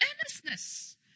earnestness